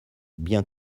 bien